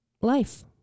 life